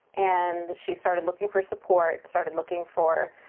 and she started looking for support, started looking for